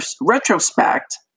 retrospect